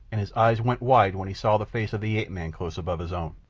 and his eyes went wide when he saw the face of the ape-man close above his own.